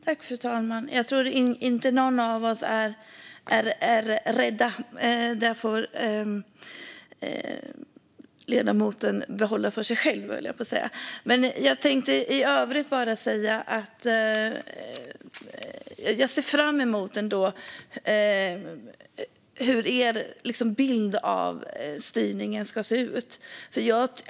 Fru talman! Jag tror inte att någon av oss är rädd. Det får stå för ledamoten själv. I övrigt tänkte jag bara säga att jag ser fram emot att se hur er bild av styrningen kommer att se ut.